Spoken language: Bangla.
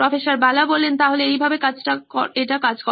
প্রফ্ বালা তাহলে এইভাবে এটা কাজ করে